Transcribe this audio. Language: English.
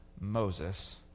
Moses